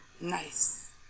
Nice